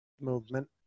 movement